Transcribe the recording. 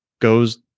goes